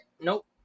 nope